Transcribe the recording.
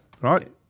Right